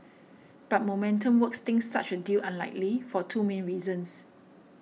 but Momentum Works thinks such a deal unlikely for two main reasons